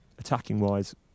Attacking-wise